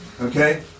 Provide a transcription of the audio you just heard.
Okay